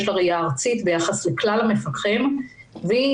יש ראייה ארצית ביחס לכלל המפקחים והיא